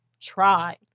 try